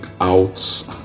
out